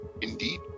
indeed